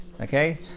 Okay